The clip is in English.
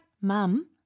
mum